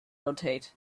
rotate